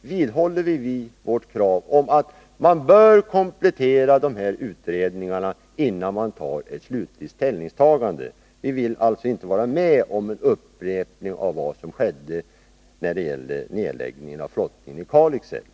vidhåller vi vårt krav på att man bör komplettera utredningen, innan man gör ett slutligt ställningstagande. Vi vill som sagt inte vara med om en upprepning av vad som skedde när man lade ned flottningen i Kalix älv.